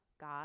God